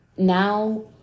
now